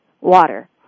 water